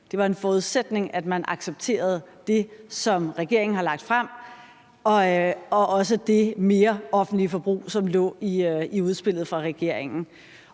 det en forudsætning, at man accepterede det, som regeringen havde lagt frem, også det større offentlige forbrug, som lå i udspillet fra regeringen.